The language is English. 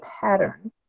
pattern